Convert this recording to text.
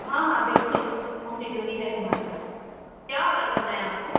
ہاں ہاں بالکل ہوم ڈیلیوری ہے ہمارے یہاں کیا آڈر کرنا ہے آپ کو